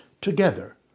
together